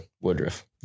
Woodruff